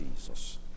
Jesus